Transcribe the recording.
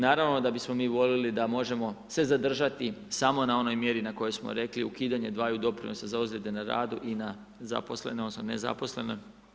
Naravno da bismo mi voljeli, da možemo se zadržati samo na onoj mjeri na koju smo rekli, ukidanje dvaju doprinosa za ozlijede na radu i na zaposlene, odnosno nezaposlene.